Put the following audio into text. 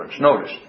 Notice